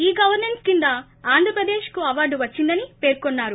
ఈ గవర్సెన్స్ కింద ఆంధ్రప్రదేశ్కు అవార్డు వచ్చిందని పేర్కొన్నారు